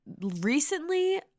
recently